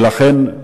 ולכן,